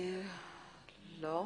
לא.